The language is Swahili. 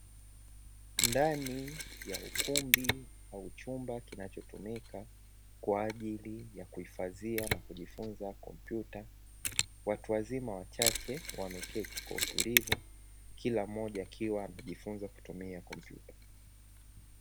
Ndani ya ukumbi wa chumba kinachotumika kwa ajili ya kuhifadhia na kujifunza kompyuta, watu wazima wachache wameketi kwa utulivu, kila mmoja akiwa anajifunza kutumia kompyuta.